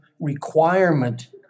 requirement